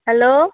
hello